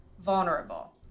vulnerable